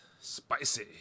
spicy